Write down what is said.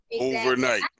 Overnight